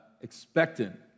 Expectant